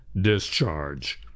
discharge